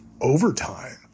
overtime